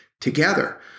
together